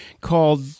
called